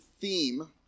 theme